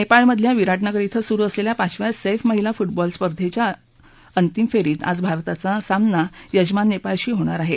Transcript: नेपाळमधल्या बिराटनगर क्रें सुरु असलेल्या पाचव्या सैफ महिला फुटबॉट अंजिक्य स्पर्धेच्या अंतिम फेरीत आज भारताचा सामान यजमान नेपाळशी होणार आहे